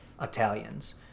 Italians